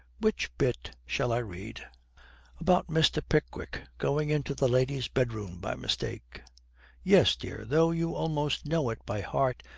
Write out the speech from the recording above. which bit shall i read about mr. pickwick going into the lady's bedroom by mistake yes, dear, though you almost know it by heart.